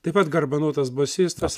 taip pat garbanotas bosistas